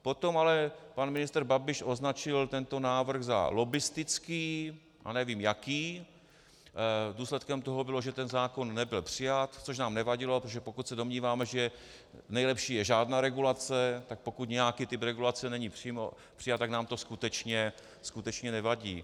Potom ale pan ministr Babiš označil tento návrh za lobbistický a nevím jaký, důsledkem toho bylo, že ten zákon nebyl přijat, což nám nevadilo, protože pokud se domníváme, že nejlepší je žádná regulace, tak pokud nějaký typ regulace není přijat, tak nám to skutečně nevadí.